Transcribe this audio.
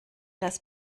das